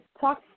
Talk